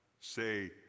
say